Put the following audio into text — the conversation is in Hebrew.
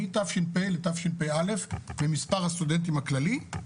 מתש"ף לתשפ"א במספר הסטודנטים הכללי,